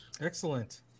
excellent